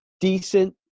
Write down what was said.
Decent